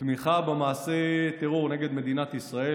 תמיכה במעשה טרור נגד מדינת ישראל,